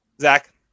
Zach